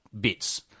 bits